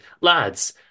lads